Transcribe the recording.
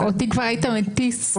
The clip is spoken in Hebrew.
אנחנו נמצאים בדיון פתיחה,